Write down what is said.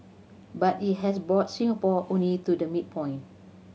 but it has brought Singapore only to the midpoint